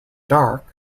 dark